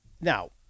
Now